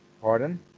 Pardon